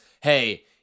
hey